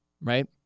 right